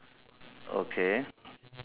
okay